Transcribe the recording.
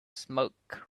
smoke